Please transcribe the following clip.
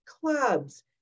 clubs